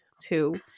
two